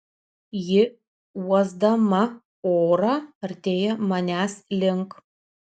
ji uosdama orą artėja manęs link